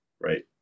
right